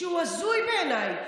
שהוא הזוי בעיניי,